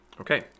Okay